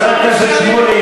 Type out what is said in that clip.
חבר הכנסת שמולי,